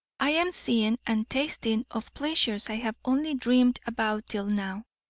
i am seeing and tasting of pleasures i have only dreamed about till now.